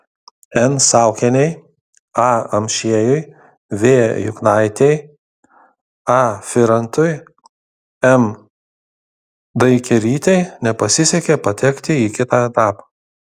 n saukienei a amšiejui v juknaitei a firantui m daikerytei nepasisekė patekti į kitą etapą